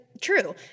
true